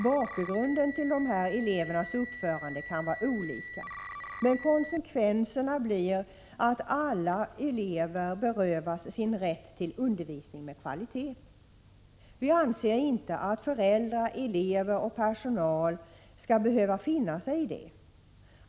Bakgrunden till dessa elevers uppförande kan vara olika, men konsekvensen blir att alla elever berövas sin rätt till undervisning med kvalitet. Vi anser inte att föräldrar, elever och personal skall behöva finna sig i detta.